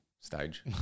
stage